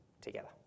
together